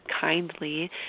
kindly